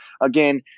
again